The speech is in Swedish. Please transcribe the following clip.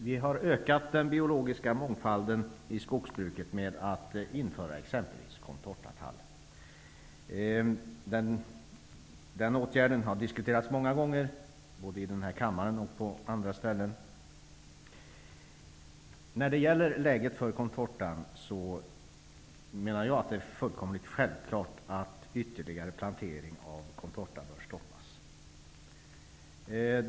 Vi har ökat den biologiska mångfalden i skogsbruket genom att införa exempelvis contortatall. Den åtgärden har diskuterats många gånger både i denna kammare och på andra ställen. När det gäller läget för contortatallen menar jag att det är fullkomligt självklart att ytterligare plantering av contortatall bör stoppas.